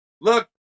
Look